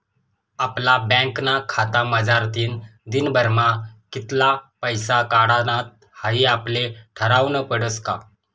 आपला बँकना खातामझारतीन दिनभरमा कित्ला पैसा काढानात हाई आपले ठरावनं पडस का